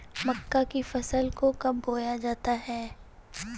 मक्का की फसल को कब बोया जाता है?